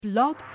Blog